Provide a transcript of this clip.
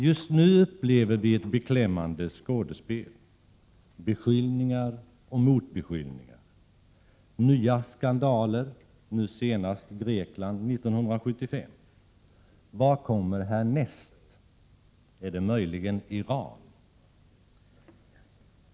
Just nu upplever vi ett beklämmande skådespel: beskyllningar och motbeskyllningar, nya skandaler — nu senast Grekland 1975. Vad kommer härnäst? Är det möjligen Iran?